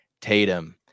Tatum